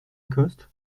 coste